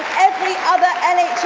every other